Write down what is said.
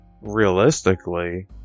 realistically